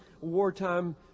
wartime